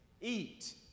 eat